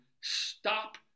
stop